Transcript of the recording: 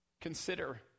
consider